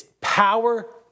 power